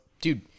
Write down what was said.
Dude